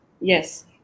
yes